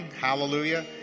hallelujah